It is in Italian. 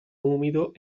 umido